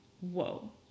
Whoa